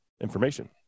information